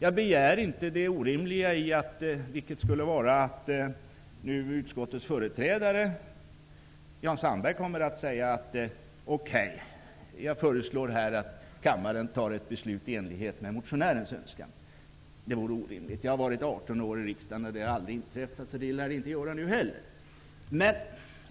Jag begär inte det orimliga, vilket skulle vara att utskottets företrädare Jan Sandberg skulle säga okej och föreslå att kammaren skulle besluta i enlighet med motionärens önskan. Det vore orimligt. Jag har varit riksdagsledamot i 18 år, och något sådant har aldrig inträffat, så det lär det inte göra nu heller. Men